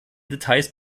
details